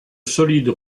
solides